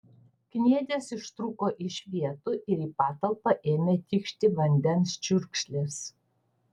kniedės ištrūko iš vietų ir į patalpą ėmė tikšti vandens čiurkšlės